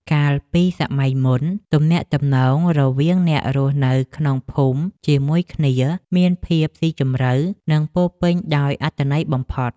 កាលពីសម័យមុន ទំនាក់ទំនងរវាងអ្នករស់នៅក្នុងភូមិជាមួយគ្នាមានភាពស៊ីជម្រៅ និងពោរពេញដោយអត្ថន័យបំផុត។